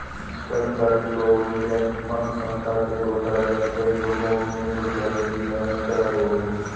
कर्मचारी provident fund संस्था के घोटाले में कई लोगों की उम्र भर की मेहनत ख़राब हो गयी